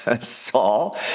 Saul